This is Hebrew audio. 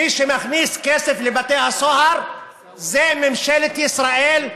מי שמכניס כסף לבתי הסוהר זה ממשלת ישראל,